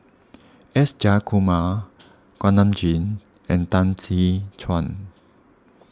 S Jayakumar Kuak Nam Jin and Tan See Chuan